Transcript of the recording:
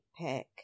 pick